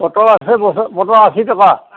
motor আছে motor motor আশী টকা